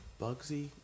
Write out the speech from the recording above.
Bugsy